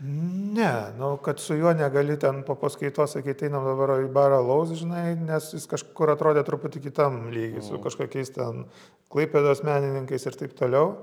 ne nu kad su juo negali ten po paskaitos sakyt einam dabar į barą alaus žinai nes jis kažkur atrodė truputį kitam lygy su kažkokiais ten klaipėdos menininkais ir taip toliau